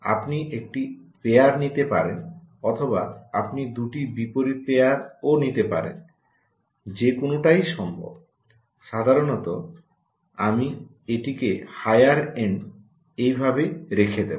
আপনি একটি পেয়ার নিতে পারেন অথবা আপনি দুটি বিপরীত পেয়ার নিতে পারেন যে কোনটাই সম্ভব সাধারণত আমি এটিকে হায়ার এন্ড এভাবে রেখে দেব